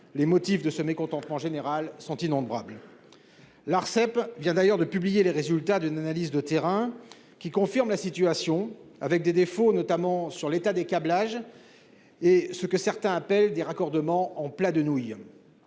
Les motifs de ce mécontentement général sont innombrables. L'Arcep vient d'ailleurs de publier les résultats d'une analyse de terrain qui confirment la situation avec des défauts, notamment sur l'état des câblages. Et ce que certains appellent des raccordements en plat de nouilles.